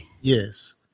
Yes